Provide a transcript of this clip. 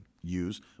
use